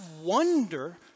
wonder